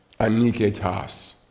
Aniketas